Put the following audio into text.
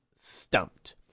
stumped